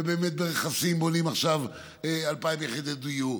ובאמת ברכסים בונים עכשיו 2,000 יחידות דיור,